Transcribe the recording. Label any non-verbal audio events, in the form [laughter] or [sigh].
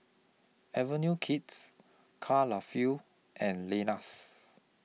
Avenue Kids Karl [unintelligible] feel and Lenas